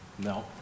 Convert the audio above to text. No